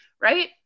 right